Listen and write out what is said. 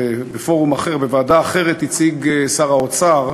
בפורום אחר, בוועדה אחרת, הציג שר האוצר,